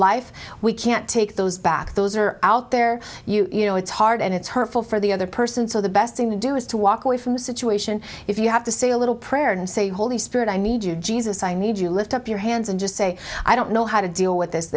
life we can't take those back those are out there you know it's hard and it's hurtful for the other person so the best thing to do is to walk away from the situation if you have to say a little prayer and say holy spirit i need you jesus i need you lift up your hands and just say i don't know how to deal with this